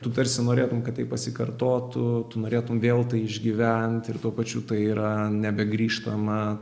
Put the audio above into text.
tu tarsi norėtum kad tai pasikartotų tu norėtum vėl tai išgyvent ir tuo pačiu tai yra nebegrįžtama